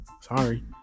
Sorry